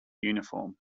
uniform